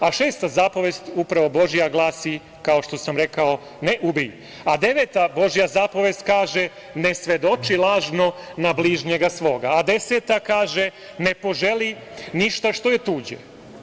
Šesta zapovest, upravo Božja, glasi, kao što sam rekao – ne ubij, a deveta Božja zapovest kaže – ne svedoči lažno na bližnjega svoga, a 10. kaže – ne poželi ništa što je tuđe.